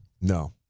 No